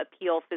appeal